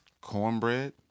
cornbread